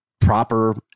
proper